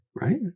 right